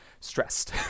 stressed